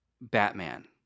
Batman